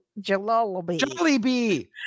Jollibee